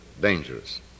dangerous